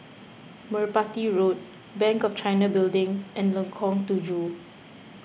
Merpati Road Bank of China Building and Lengkong Tujuh